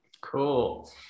Cool